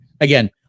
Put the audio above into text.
Again